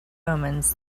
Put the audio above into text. omens